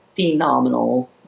phenomenal